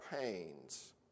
pains